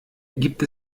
gibt